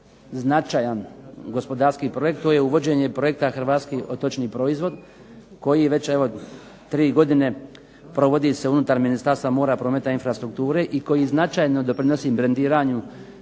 značajan gospodarski projekt to je uvođenje projekta Hrvatski otočni proizvod koji već evo tri godina provodi se unutar Ministarstva mora, prometa i infrastrukture i koji značajno doprinosi brendiranju